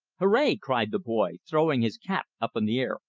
hooray! cried the boy, throwing his cap up in the air.